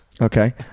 Okay